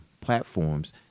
platforms